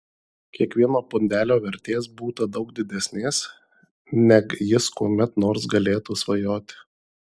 kiekvieno pundelio vertės būta daug didesnės neg jis kuomet nors galėtų svajoti